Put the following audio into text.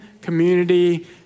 community